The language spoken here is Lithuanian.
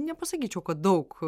nepasakyčiau kad daug